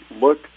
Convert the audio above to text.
look